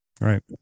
Right